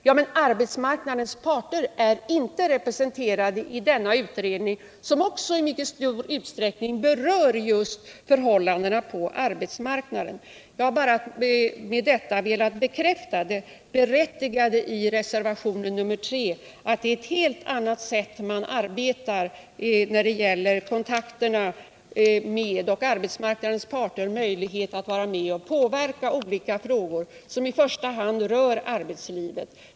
Ja, men arbetsmarknadens parter är inte representerade i den utredningen, som i stor utsträckning skall arbeta just med förhållandena på arbetsmarknaden. Med detta har jag bara velat bekräfta det berättigade i vad som sägs I reservationen 3, att det är ett helt annat sätt som man här har arbetat på när det gäller kontakterna och arbetsmarknadsparternas möjligheter att vara med och påverka olika frågor som i första hand rör arbetslivet.